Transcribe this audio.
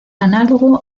análogo